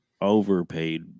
overpaid